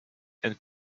and